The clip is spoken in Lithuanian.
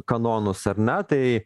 kanonus ar ne tai